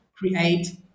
create